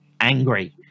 Angry